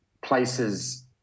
places